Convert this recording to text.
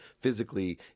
physically